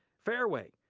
fareway,